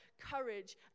courage